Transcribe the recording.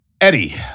Eddie